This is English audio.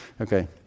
okay